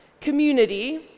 community